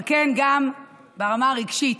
אבל כן, גם ברמה הרגשית,